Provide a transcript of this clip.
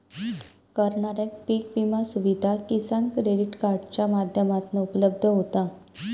करणाऱ्याक पीक विमा सुविधा किसान क्रेडीट कार्डाच्या माध्यमातना उपलब्ध होता